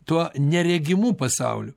tuo neregimu pasauliu